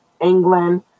England